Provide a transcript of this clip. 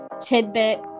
tidbit